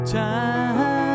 time